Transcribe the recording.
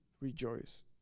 rejoice